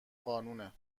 قانونه